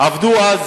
עבדו אז,